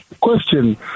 question